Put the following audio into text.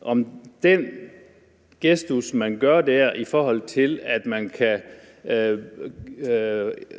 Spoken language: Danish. om den gestus, vi gør der, i forhold til at man kan